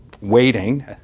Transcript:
waiting